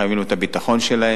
חייבים לו את הביטחון שלהם,